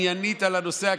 המדינה.